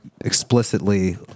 explicitly